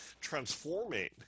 transforming